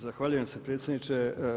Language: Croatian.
Zahvaljujem se predsjedniče.